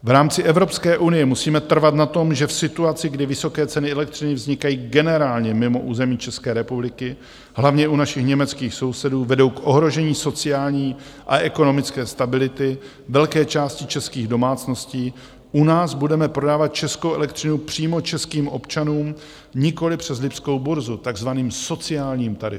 V rámci Evropské unie musíme trvat na tom, že v situaci, kdy vysoké ceny elektřiny vznikají generálně mimo území České republiky, hlavně u našich německých sousedů, a vedou k ohrožení sociální a ekonomické stability velké části českých domácností, že u nás budeme prodávat českou elektřinu přímo českým občanům, nikoliv přes Lipskou burzu, takzvaným sociálním tarifem.